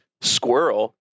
squirrel